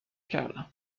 کردم